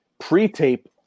pre-tape